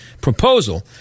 proposal